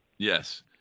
Yes